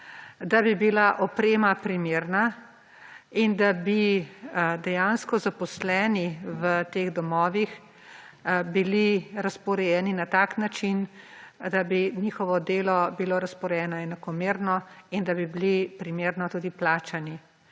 da bi bila oprema primerna in da bi dejansko zaposleni v teh domovih bili razporejeni na tak način, da bi njihovo delo bilo razporejeno enakomerno in da bi bili primerno tudi plačani.